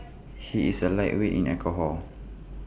he is A lightweight in alcohol